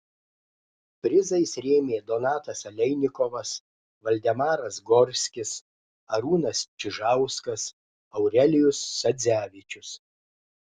prizais rėmė donatas aleinikovas valdemaras gorskis arūnas čižauskas aurelijus sadzevičius